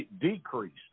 decreased